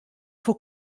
vor